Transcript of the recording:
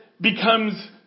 becomes